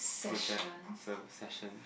project ser~ session